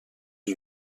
une